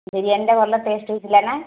ବିରିୟାନୀଟା ଭଲ ଟେଷ୍ଟ୍ ହୋଇଥିଲା ନା